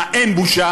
מה, אין בושה?